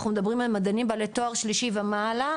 אנחנו מדברים על מדענים בעלי תואר שלישי ומעלה,